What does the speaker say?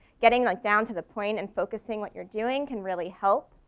getting like down to the point and focusing what you're doing can really help.